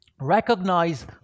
recognize